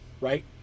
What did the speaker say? right